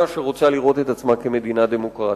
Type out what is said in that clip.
שרוצה לראות את עצמה כמדינה דמוקרטית.